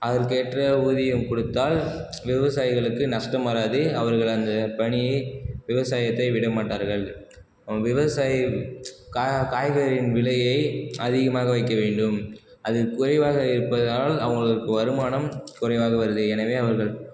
அதற்கேற்ற ஊதியம் குடுத்தால் விவசாயிகளுக்கு நஷ்டம் வராது அவர்கள் அந்த பணியை விவசாயத்தை விட மாட்டார்கள் விவசாயி கா காய்கறியின் விலையை அதிகமாக வைக்க வேண்டும் அது குறைவாக வைப்பதனால் அவர்களுக்கு வருமானம் குறைவாக வருது எனவே அவர்கள்